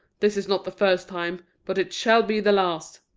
this is not the first time, but it shall be the last.